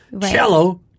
cello